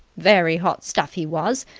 very hot stuff he was.